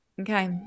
Okay